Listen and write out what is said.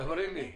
תאמרי לי,